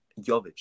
Jovic